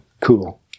cool